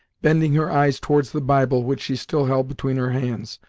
bending her eyes towards the bible which she still held between her hands,